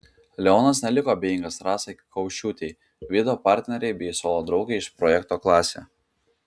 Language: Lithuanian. leonas neliko abejingas rasai kaušiūtei vido partnerei bei suolo draugei iš projekto klasė